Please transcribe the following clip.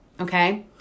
okay